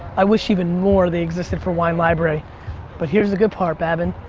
i wish even more they existed for winelibrary. but here's the good part babin.